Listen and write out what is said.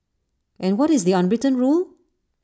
and what is the unwritten rule